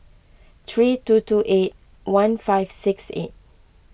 three two two eight one five six eight